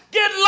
Get